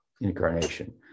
incarnation